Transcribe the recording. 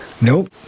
Nope